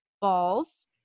balls